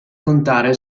contare